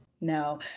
No